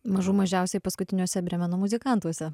mažų mažiausiai paskutiniuose brėmeno muzikantuose